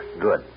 Good